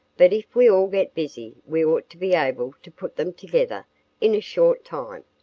but if we all get busy we ought to be able to put them together in a short time.